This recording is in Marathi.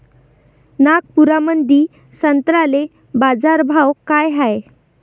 नागपुरामंदी संत्र्याले बाजारभाव काय हाय?